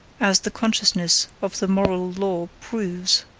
as the consciousness of the moral law proves,